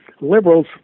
liberals